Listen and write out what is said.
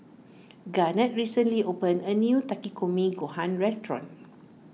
Garnett recently opened a new Takikomi Gohan restaurant